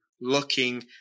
looking